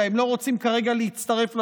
והם לא רוצים כרגע להצטרף לוועדות,